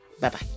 Bye-bye